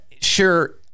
Sure